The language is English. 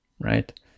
right